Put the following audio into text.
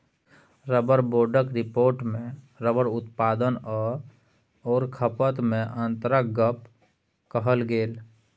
rubber बोर्डक रिपोर्टमे rubber उत्पादन आओर खपतमे अन्तरक गप कहल गेल